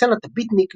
סצנת הביטניק,